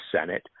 Senate